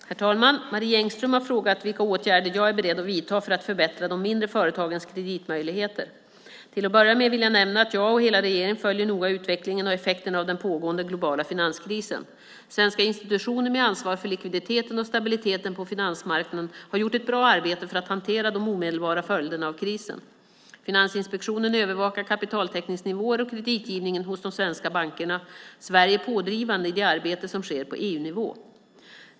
Herr talman! Marie Engström har frågat vilka åtgärder jag är beredd att vidta för att förbättra de mindre företagens kreditmöjligheter. Till att börja med vill jag nämna att jag och hela regeringen noga följer utvecklingen och effekterna av den pågående globala finanskrisen. Svenska institutioner med ansvar för likviditeten och stabiliteten på finansmarknaden har gjort ett bra arbete för att hantera de omedelbara följderna av krisen. Finansinspektionen övervakar kapitaltäckningsnivåer och kreditgivningen hos de svenska bankerna. Sverige är pådrivande i det arbete som sker på EU-nivå.